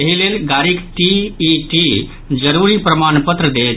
एहि लेल गाड़ीक टी ई टी जरूरी प्रमाण पत्र देत